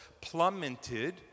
plummeted